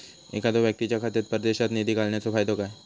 एखादो व्यक्तीच्या खात्यात परदेशात निधी घालन्याचो फायदो काय?